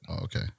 Okay